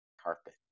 carpet